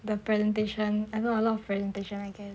the presentation I know a lot of presentation I guess